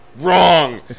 Wrong